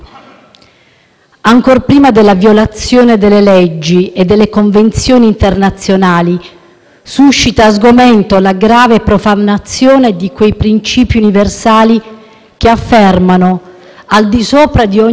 suscita sgomento la grave profanazione di quei principi universali che affermano, al di sopra di ogni ragione di Stato, la difesa dei fondamentali diritti di tutti gli esseri umani.